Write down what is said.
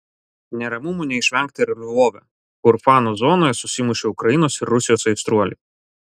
neramumų neišvengta ir lvove kur fanų zonoje susimušė ukrainos ir rusijos aistruoliai